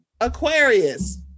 Aquarius